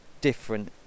different